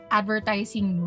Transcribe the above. advertising